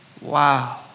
Wow